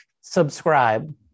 subscribe